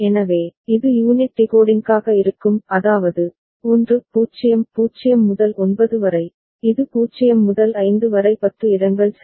எனவே இது யூனிட் டிகோடிங்காக இருக்கும் அதாவது 1 0 0 முதல் 9 வரை இது 0 முதல் 5 வரை பத்து இடங்கள் சரி